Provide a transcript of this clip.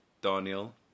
Daniel